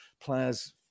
players